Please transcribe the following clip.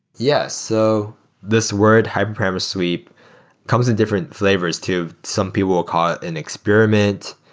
yes. so this word hyperparameter sweep comes in different flavors too. some people will call it an experiment.